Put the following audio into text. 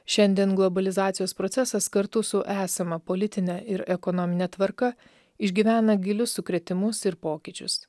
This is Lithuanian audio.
šiandien globalizacijos procesas kartu su esama politine ir ekonomine tvarka išgyvena gilius sukrėtimus ir pokyčius